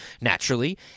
naturally